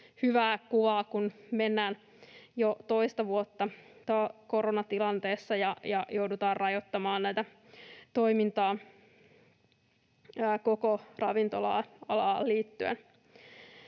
hyvää kuvaa, kun mennään jo toista vuotta koronatilanteessa ja joudutaan rajoittamaan koko ravintola-alan toimintaa.